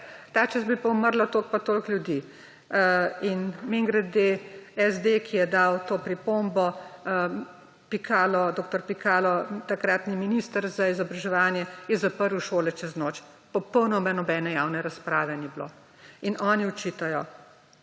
ta čas bi pa umrlo toliko in toliko ljudi. Mimogrede, SD, ki je dal to pripombo, dr. Pikalo, takratni minister za izobraževanje, je zaprl šole čez noč, popolnoma nobene javne razprave ni bilo. In oni očitajo.